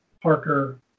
Parker